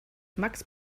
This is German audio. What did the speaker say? max